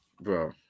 bro